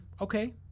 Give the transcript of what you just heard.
okay